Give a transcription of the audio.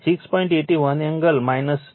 81 angle 21